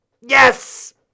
yes